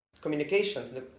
Communications